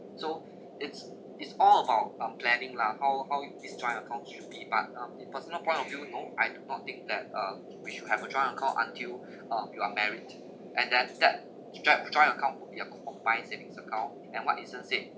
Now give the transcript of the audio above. so it's it's all about um planning lah how how would this joint account should be but um in personal point of view no I do not think that um we should have a joint account until uh you are married and then that to get joint account book you are to combined savings account and what eason said